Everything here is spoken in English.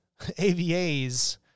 avas